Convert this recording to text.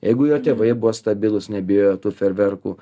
jeigu jo tėvai buvo stabilūs nebijojo tų fejerverkų